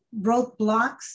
roadblocks